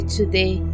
today